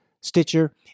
Stitcher